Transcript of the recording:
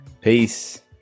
Peace